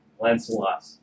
Lancelot